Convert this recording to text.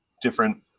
different